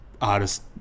artist